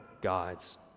God's